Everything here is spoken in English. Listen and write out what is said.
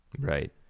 Right